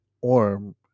Orm